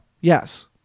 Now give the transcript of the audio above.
Yes